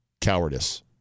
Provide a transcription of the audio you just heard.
cowardice